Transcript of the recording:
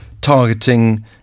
targeting